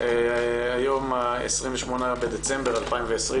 היום ה-28 בדצמבר 2020,